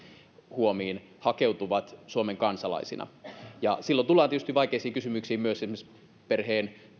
huomaan hakeutuvat suomen kansalaisina ja silloin tullaan tietysti vaikeisiin kysymyksiin myös esimerkiksi perheen